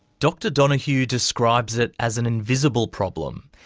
dr donohue describes it as an invisible problem,